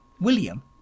William